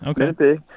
Okay